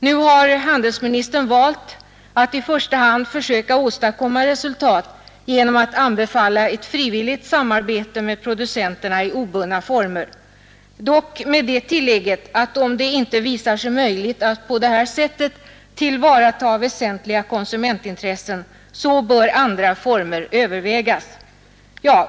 Nu har handelsministern valt att i första hand försöka åstadkomma resultat genom att anbefalla ett frivilligt samarbete med producenterna i obundna former — dock med det tillägget att om det inte visar sig möjligt att på detta sätt tillvarata väsentliga konsumentintressen, så bör andra former övervägas.